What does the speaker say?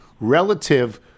relative